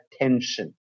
attention